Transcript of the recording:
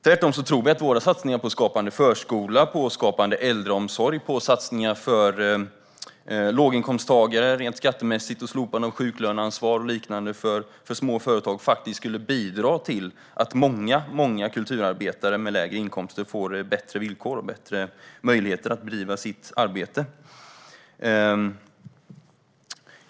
Tvärtom tror vi att våra satsningar på skapande förskola, skapande äldreomsorg, satsningar för låginkomsttagare rent skattemässigt, slopande av sjuklöneansvar och liknande för små företag skulle bidra till att många kulturarbetare med lägre inkomster får bättre villkor och bättre möjligheter att bedriva sitt arbete.